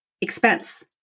expense